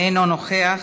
אינו נוכח,